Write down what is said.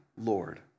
Lord